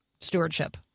stewardship